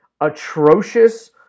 Atrocious